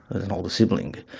and an older sibling,